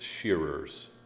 shearers